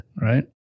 Right